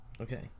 okay